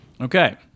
Okay